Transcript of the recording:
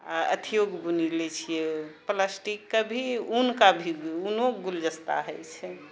आओर अथियो बुनी लै छियै प्लास्टिकके भी ऊनके भी ऊनोके गुलदस्ता हय छै